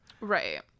Right